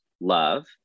love